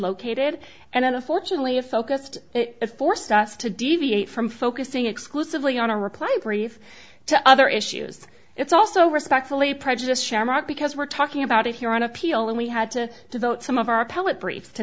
located and unfortunately a focused it forced us to deviate from focusing exclusively on a reply brief to other issues it's also respectfully prejudiced shamrock because we're talking about it here on appeal and we had to devote some of our appellate briefs to